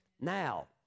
Now